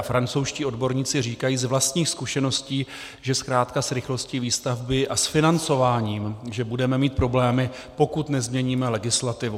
Francouzští odborníci říkají z vlastních zkušeností, že zkrátka s rychlostí výstavby a s financováním že budeme mít problémy, pokud nezměníme legislativu.